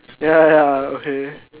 ya ya okay